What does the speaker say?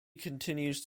continues